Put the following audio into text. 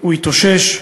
הוא יתאושש,